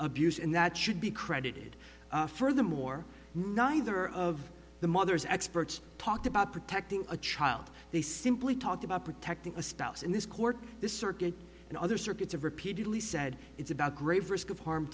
abuse and that should be credited furthermore neither of the mother's experts talked about protecting a child they simply talked about protecting a spouse in this court the circuit and other circuits have repeatedly said it's about grave risk of harm